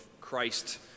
Christ